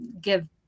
give